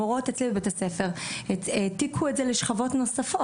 המורות אצלי בבית הספר העתיקו את זה לשכבות נוספות.